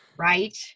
right